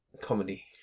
comedy